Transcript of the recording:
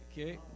okay